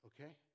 okay